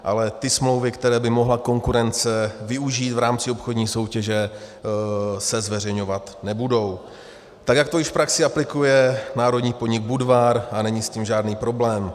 Ale ty smlouvy, které by mohla konkurence využít v rámci obchodní soutěže, se zveřejňovat nebudou, tak jak to již v praxi aplikuje národní podnik Budvar a není s tím žádný problém.